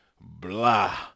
blah